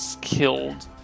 killed